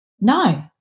No